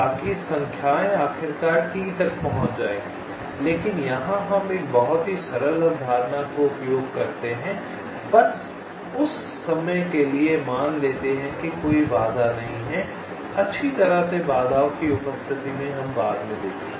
तांकि संख्याएं आखिरकार T तक पहुंच जाएंगी लेकिन यहां हम एक बहुत ही सरल अवधारणा का उपयोग करते हैं बस उस समय के लिए मान लेते हैं कि कोई बाधा नहीं है अच्छी तरह से बाधाओं की उपस्थिति में हम बाद में देखेंगे